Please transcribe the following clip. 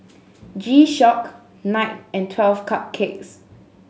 G Shock Knight and Twelve Cupcakes